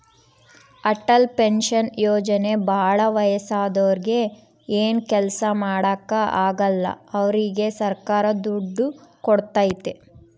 Atal pension ಯೋಜನೆ ಭಾಳ ವಯಸ್ಸಾದೂರಿಗೆ ಏನು ಕೆಲ್ಸ ಮಾಡಾಕ ಆಗಲ್ಲ ಅವ್ರಿಗೆ ಸರ್ಕಾರ ದುಡ್ಡು ಕೋಡ್ತೈತಿ